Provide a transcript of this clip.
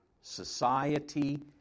society